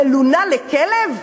מלונה לכלב?